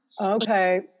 Okay